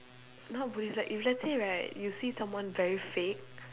not police like if let's say right you see someone very fake